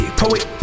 poet